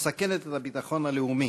מסכנת את הביטחון הלאומי.